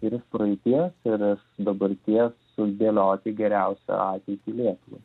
ir iš praeities ir iš dabarties sudėlioti geriausią ateitį lietuvai